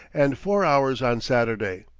and four hours on saturday.